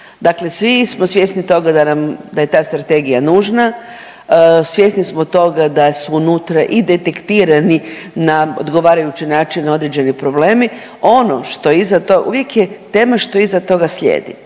dakle svi smo svjesni toga da je ta strategija nužna, svjesni smo toga da su unutra i detektirani na odgovarajući način određeni problemi. Ono što je iza, uvijek je tema što iza tog slijedi,